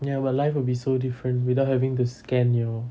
ya but life would be so different without having to scan your